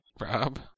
Rob